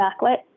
backlit